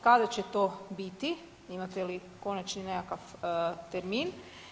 Kada će to biti imate li konačni nekakav termin?